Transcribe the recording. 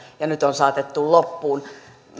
ja nyt on saatettu loppuun